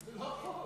זה לא החוק.